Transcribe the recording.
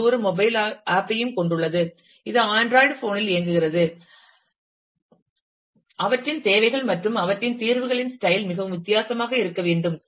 இது ஒரு mobile app யும் கொண்டுள்ளது இது அண்ட்ராய்டு போன் இல் இயங்குகிறது அவற்றின் தேவைகள் மற்றும் அவற்றின் தீர்வுகளின் ஸ்டைல் மிகவும் வித்தியாசமாக இருக்க வேண்டும்